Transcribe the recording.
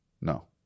No